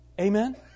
Amen